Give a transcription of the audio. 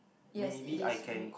yes it is very